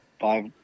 five